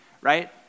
right